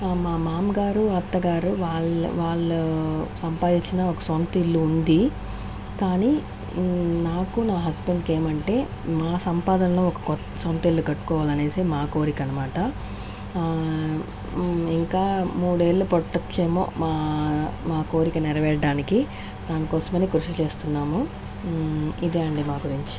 మామగారు అత్తగారు వాళ్ళ వాళ్లు సంపాదించిన ఒక సొంత ఇల్లు ఉంది కానీ నాకు నా హస్బెండ్కి ఏమంటే మా సంపాదనలో ఒక కొత్త సొంత ఇల్లు కట్టుకోవాలి అనేసి మా కోరిక అనమాట ఇంకా మూడేళ్లు పట్టొచ్చేమో మా మా కోరిక నెరవేయడానికి దాని కోసమని కృషి చేస్తున్నాము ఇదే అండి మా గురించి